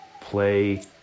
play